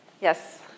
yes